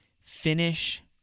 finish